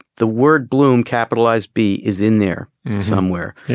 the word bloom capitalized b is in there somewhere.